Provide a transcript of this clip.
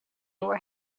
were